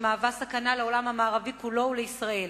שמהווה סכנה לעולם המערבי כולו ולישראל.